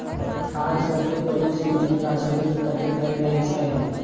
खाद सभके प्रयोग सिंचित गाछ वृक्ष तके कएल जाइ छइ